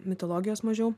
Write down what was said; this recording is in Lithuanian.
mitologijos mažiau